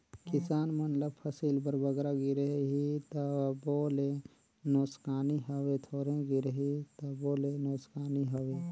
किसान मन ल फसिल बर बगरा गिरही तबो ले नोसकानी हवे, थोरहें गिरही तबो ले नोसकानी हवे